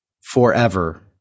forever